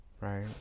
right